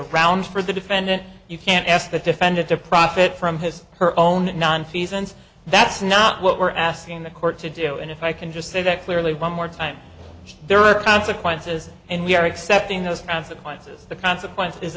around for the defendant you can't ask the defendant to profit from his her own nonfeasance that's not what we're asking the court to do and if i can just say that clearly one more time there are consequences and we are accepting those consequences the consequence